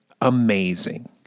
amazing